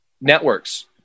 networks